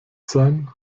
sein